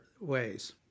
ways